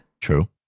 True